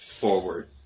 forward